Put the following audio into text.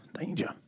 danger